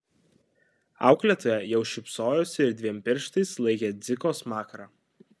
auklėtoja jau šypsojosi ir dviem pirštais laikė dziko smakrą